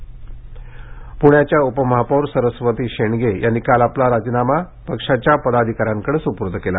उपमहापौर राजीनामा पुण्याच्या उपमहापौर सरस्वती शेंडगे यांनी काल आपला राजीनामा पक्षाच्या पदाधिकाऱ्यांकडे सुपूर्द केला